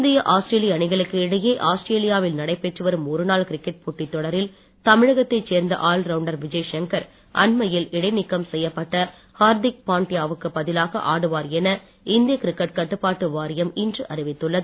இந்திய ஆஸ்திரேலிய அணிகளுக்கு இடையே ஆஸ்திரேலியாவில் நடைபெற்று வரும் ஒருநாள் கிரிக்கெட் போட்டித் தொடரில் தமிழகத்தைச் சேர்ந்த ஆல் ரவுண்டர் விஜய் சங்கர் அண்மையில் இடைநீக்கம் செய்யப்பட்ட ஹார்திக் பாண்ட்யா வுக்கு பதிலாக ஆடுவார் என இந்திய கிரிக்கெட் கட்டுப்பாட்டு வாரியம் இன்று அறிவித்துள்ளது